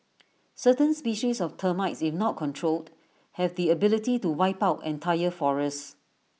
certain species of termites if not controlled have the ability to wipe out entire forests